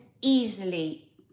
easily